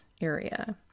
area